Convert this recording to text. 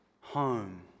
home